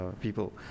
people